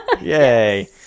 Yay